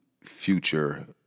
future